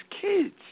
kids